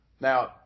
Now